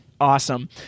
Awesome